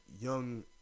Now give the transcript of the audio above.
young